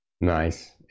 nice